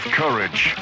courage